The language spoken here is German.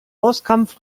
bosskampf